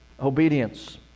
Obedience